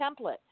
template